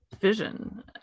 vision